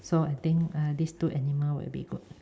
so I think uh these two animal would be good